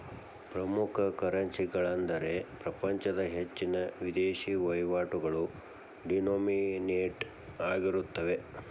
ಪ್ರಮುಖ ಕರೆನ್ಸಿಗಳೆಂದರೆ ಪ್ರಪಂಚದ ಹೆಚ್ಚಿನ ವಿದೇಶಿ ವಹಿವಾಟುಗಳು ಡಿನೋಮಿನೇಟ್ ಆಗಿರುತ್ತವೆ